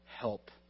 help